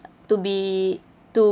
to be to